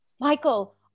Michael